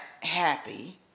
happy